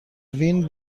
وین